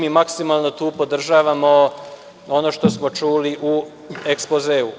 Maksimalno tu podržavamo ono što smo čuli u ekspozeu.